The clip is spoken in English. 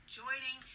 joining